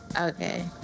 Okay